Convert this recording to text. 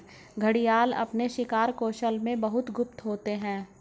घड़ियाल अपने शिकार कौशल में बहुत गुप्त होते हैं